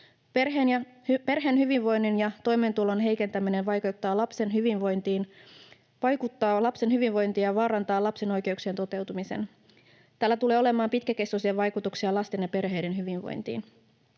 Perheen hyvinvoinnin ja toimeentulon heikentäminen vaikuttaa lapsen hyvinvointiin ja vaarantaa lapsen oikeuksien toteutumisen. Tällä tulee olemaan pitkäkestoisia vaikutuksia lasten ja perheiden hyvinvointiin.